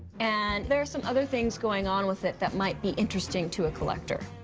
and there are some other things going on with it that might be interesting to a collector.